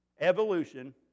Evolution